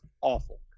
awful